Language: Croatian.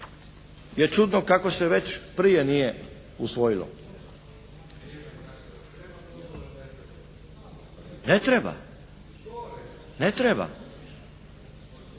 je čudno kako se već prije nije usvojilo. Ne treba, ne treba.